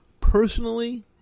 personally